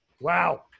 Wow